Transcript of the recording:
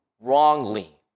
wrongly